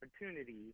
opportunity